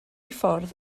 ffordd